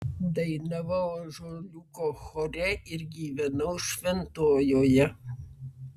dainavau ąžuoliuko chore ir gyvenau šventojoje